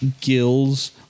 gills